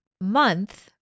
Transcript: month